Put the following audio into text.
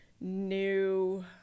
new